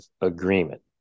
agreement